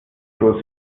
große